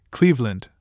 Cleveland